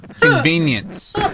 Convenience